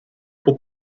pour